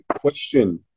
question